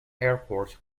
airport